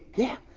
yeah,